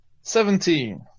seventeen